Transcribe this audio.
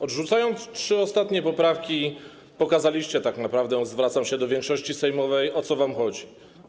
Odrzucając trzy ostatnie poprawki, pokazaliście tak naprawdę, zwracam się do większości sejmowej, o co wam chodzi.